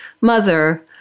mother